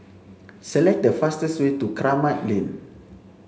select the fastest way to Kramat Lane